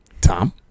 Tom